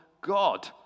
God